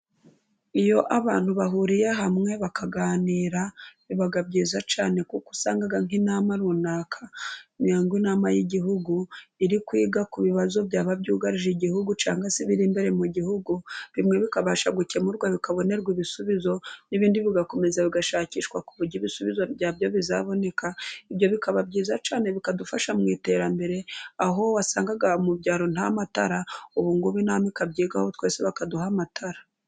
Iyo abantu bahuriye hamwe bakaganira biba byiza cyane kuko usangaga nk'intama runaka imihango inamaa y'igihugu iri kwiga ku bibazo byaba byugarije igihugu cyangwa se biri imbere mu gihugu bimwe bikabasha gukemurwa bikabonerwa ibisubizo n'ibindi bigakomeza bigashakishwa ku buryo ibisubizo byabyo bizaboneka ibyo bikaba byiza cyane bikadufasha mwiterambere aho wasanga mu byaro nta matara ubugubu b'akabyigaho twese bakaduha amatara.